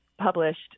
published